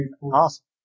Awesome